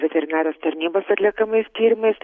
veterinarijos tarnybos atliekamais tyrimais